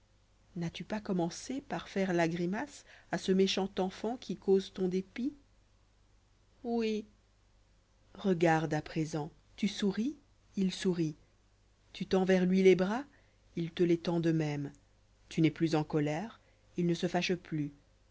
n'as-tu pas commencé par faië là grimace a ce méchant'ènfant'qui cause'ton dépit oui regardé à présent tu souris il sourit tu tends vers lui les hras il te lès tend de même tu n'es plus en colère il né se fâche plus